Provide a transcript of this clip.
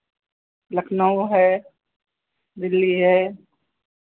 लखनऊ है दिल्ली है